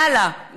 והלאה,